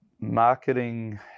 marketing